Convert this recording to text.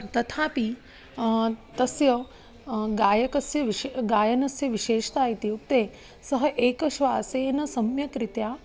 तथापि तस्य गायकस्य विशे गायनस्य विशेषता इत्युक्ते सः एकश्वासेन सम्यक्रीत्या